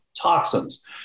toxins